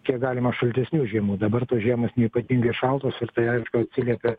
kiek galima šaltesnių žiemų dabar tos žiemos neypatingai šaltos ir tai aišku atsiliepia